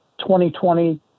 2020